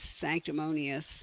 sanctimonious